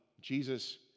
Jesus